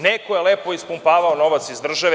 Neko je lepo ispumpavao novac iz države.